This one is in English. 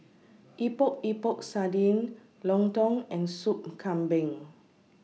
Epok Epok Sardin Lontong and Soup Kambing